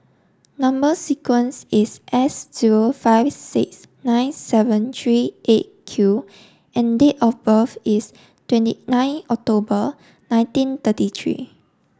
number sequence is S zero five six nine seven three eight Q and date of birth is twenty nine October nineteen thirty three